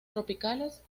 tropicales